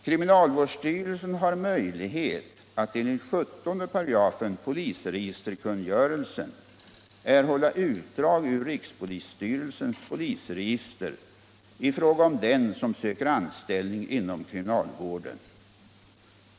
Kriminalvårdsstyrelsen har möjlighet att enligt 17 § polisregisterkungörelsen erhålla utdrag ur rikspolisstyrelsens polisregister i fråga om den som söker anställning inom kriminalvården.